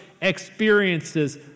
experiences